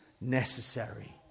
necessary